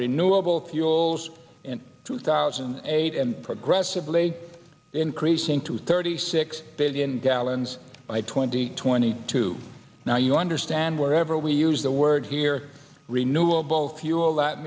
renewable fuels in two thousand and eight and progressively increasing to thirty six billion gallons by twenty twenty two now you understand wherever we use the word here renewable fuel that